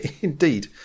Indeed